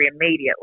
immediately